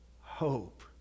hope